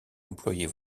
employer